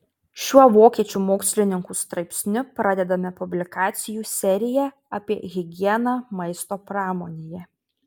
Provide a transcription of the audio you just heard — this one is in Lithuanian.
šiuo vokiečių mokslininkų straipsniu pradedame publikacijų seriją apie higieną maisto pramonėje